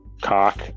Cock